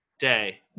day